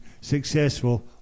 successful